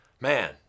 Man